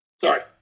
sorry